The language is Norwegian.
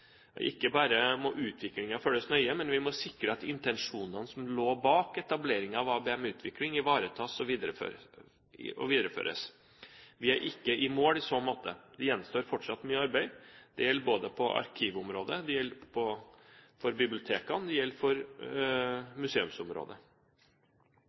Ikke bare må utviklingen følges nøye, men vi må sikre at intensjonene som lå bak etableringen av ABM-utvikling, ivaretas og videreføres. Vi er ikke i mål i så måte. Det gjenstår fortsatt mye arbeid. Det gjelder på arkivområdet, det gjelder bibliotekene, og det gjelder